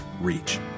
reach